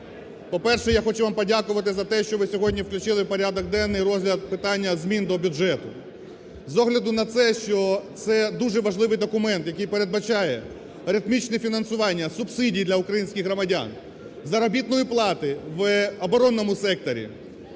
По-перше, я хочу вам подякувати за те, що ви сьогодні включили в порядок денний розгляд питання змін до бюджету. З огляду на це, що це дуже важливий документ, який передбачає ритмічне фінансування субсидій для українських громадян, заробітної плати в оборонному секторі,